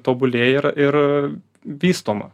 tobulėja ir ir vystoma